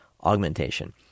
augmentation